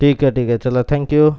ठीक आहे ठीक आहे चला थँक यू